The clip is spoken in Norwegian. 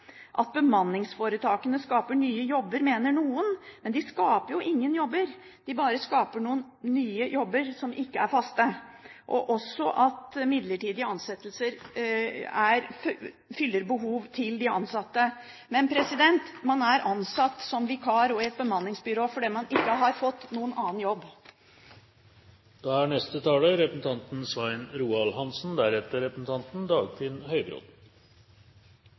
Bemanningsforetakene skaper nye jobber, mener noen – de skaper jo ingen jobber. De skaper bare noen nye jobber som ikke er faste. En myte er også at midlertidig ansettelse fyller de ansattes behov – man er ansatt som vikar eller i et bemanningsbyrå fordi man ikke har fått noen annen jobb.